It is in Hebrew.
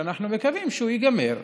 שאנחנו מקווים שהוא ייגמר,